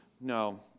No